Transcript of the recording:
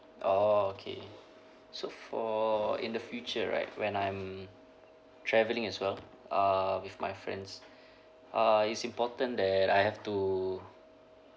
oh okay so for in the future right when I'm travelling as well uh with my friends uh it's important that I have to